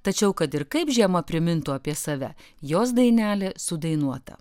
tačiau kad ir kaip žiema primintų apie save jos dainelė sudainuota